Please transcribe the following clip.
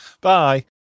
Bye